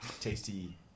tasty